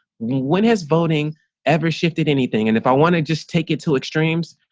when has voting ever shifted anything and if i want to just take it to extremes,